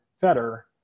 fetter